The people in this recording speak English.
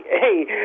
hey